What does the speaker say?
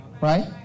right